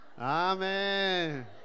Amen